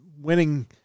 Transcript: winning